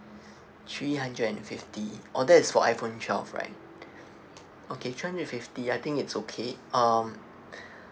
three hundred and fifty oh that is for iphone twelve right okay three hundred and fifty I think it's okay um